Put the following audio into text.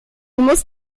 musst